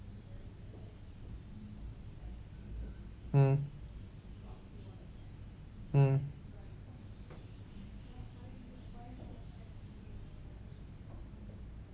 mm mm